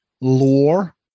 lore